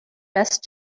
best